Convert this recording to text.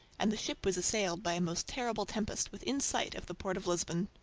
and the ship was assailed by a most terrible tempest within sight of the port of lisbon.